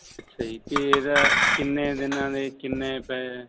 ਅੱਛਾ ਜੀ ਫਿਰ ਕਿੰਨੇ ਦਿਨਾਂ ਦੇ ਕਿੰਨੇ ਪਏ